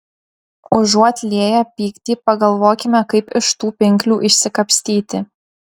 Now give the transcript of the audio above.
užuot lieję pyktį pagalvokime kaip iš tų pinklių išsikapstyti